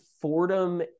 Fordham